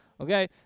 okay